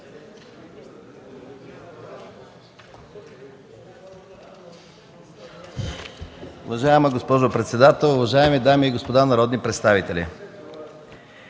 Уважаема госпожо председател, уважаеми дами и господа народни представители!